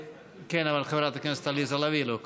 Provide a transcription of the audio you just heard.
כן, אבל חברת הכנסת עליזה לביא לא כאן.